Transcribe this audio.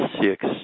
six